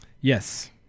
Yes